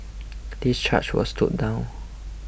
this charge was stood down